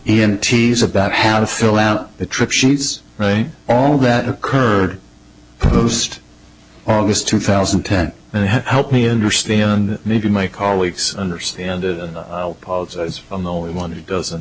t's about how to fill out the trip she's right all that occurred post august two thousand and ten and help me understand maybe my colleagues understand it as i'm the only one it doesn't